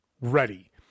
ready